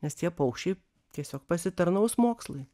nes tie paukščiai tiesiog pasitarnaus mokslui